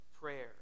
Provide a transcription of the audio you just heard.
prayer